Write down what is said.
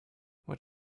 what